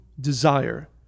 desire